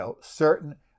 certain